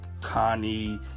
connie